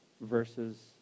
versus